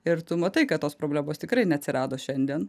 ir tu matai kad tos problemos tikrai neatsirado šiandien